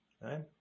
right